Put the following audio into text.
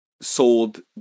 sold